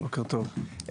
בוקר טוב.